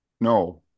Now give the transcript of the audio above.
No